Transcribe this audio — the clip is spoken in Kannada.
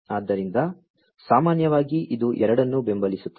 ಆದ್ದರಿಂದ ಸಾಮಾನ್ಯವಾಗಿ ಇದು ಎರಡನ್ನೂ ಬೆಂಬಲಿಸುತ್ತದೆ